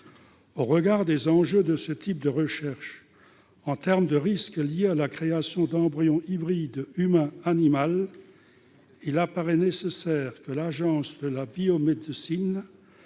Au regard des enjeux de semblables recherches- il s'agit notamment des risques liés à la création d'embryons hybrides humain-animal -, il apparaît nécessaire que l'Agence de la biomédecine,